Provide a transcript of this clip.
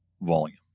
volume